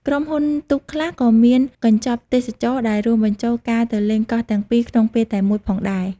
ក្រុមហ៊ុនទូកខ្លះក៏មានកញ្ចប់ទេសចរណ៍ដែលរួមបញ្ចូលការទៅលេងកោះទាំងពីរក្នុងពេលតែមួយផងដែរ។